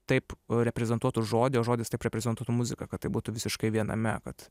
taip reprezentuotų žodį o žodis taip reprezentuotų muziką kad tai būtų visiškai viename kad